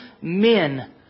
men